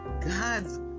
God's